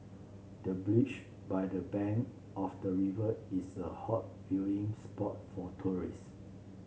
the bench by the bank of the river is a hot viewing spot for tourists